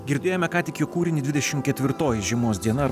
girdėjome ką tik jo kūrinį dvidešimt ketvirtoji žiemos diena arba